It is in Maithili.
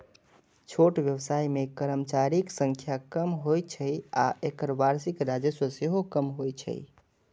छोट व्यवसाय मे कर्मचारीक संख्या कम होइ छै आ एकर वार्षिक राजस्व सेहो कम होइ छै